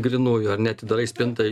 grynųjų ar ne atidarai spintą